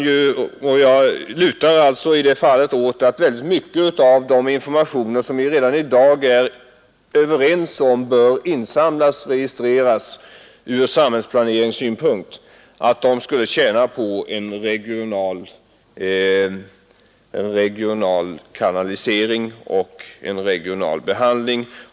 Jag lutar åt att mycket, som vi redan i dag är överens om bör insamlas och registreras ur sam hällsplaneringssynpunkt, skulle tjäna på en regional kanalisering och en regional behandling.